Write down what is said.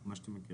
מה שאתם מכירים.